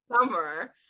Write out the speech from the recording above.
summer